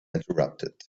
interrupted